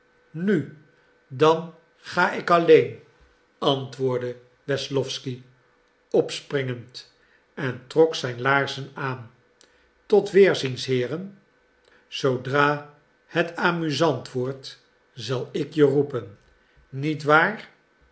nu dan ga ik alleen antwoordde wesslowsky opspringend en trok zijn laarzen aan tot weerziens heeren zoodra het amusant wordt zal ik je roepen niet waar